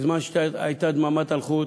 בזמן שהייתה דממת אלחוט